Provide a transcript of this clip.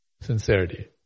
Sincerity